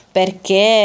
perché